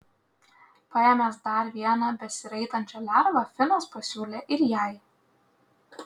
paėmęs dar vieną besiraitančią lervą finas pasiūlė ir jai